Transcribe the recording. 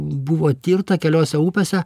buvo tirta keliose upėse